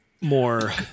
more